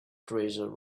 treasure